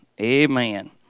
Amen